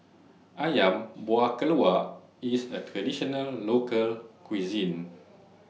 Ayam Buah Keluak IS A Traditional Local Cuisine